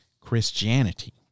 Christianity